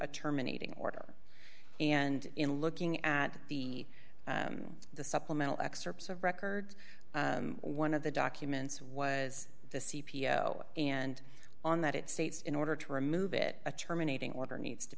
a terminating order and in looking at the the supplemental excerpts of record one of the documents was the c p o and on that it states in order to remove it a terminating order needs to